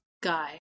Guy